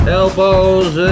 elbows